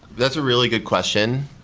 that's a really good question.